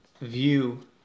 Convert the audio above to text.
view